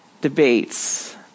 debates